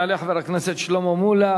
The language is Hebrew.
יעלה חבר הכנסת שלמה מולה,